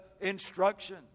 instruction